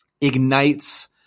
ignites